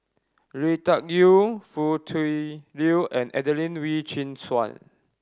Lui Tuck Yew Foo Tui Liew and Adelene Wee Chin Suan